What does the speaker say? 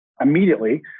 immediately